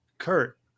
Kurt